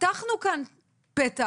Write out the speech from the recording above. פתחנו כאן פתח,